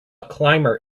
climber